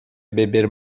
beber